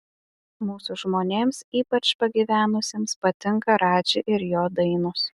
mūsų žmonėms ypač pagyvenusiems patinka radži ir jo dainos